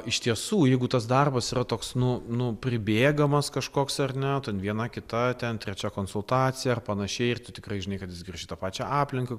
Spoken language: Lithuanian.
iš tiesų jeigu tas darbas yra toks nu nu pribėgamas kažkoks ar ne ten viena kita ten trečia konsultacija panašiai ir tu tikrai žinai kad jis griš į tą pačią aplinką